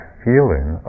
feeling